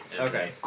Okay